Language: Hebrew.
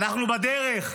אנחנו בדרך.